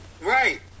Right